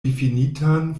difinitan